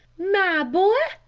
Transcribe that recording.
my boy,